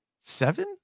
seven